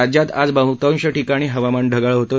राज्यात आज बहृतांश ठिकाणी हवामान ढगाळ होतं